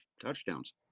touchdowns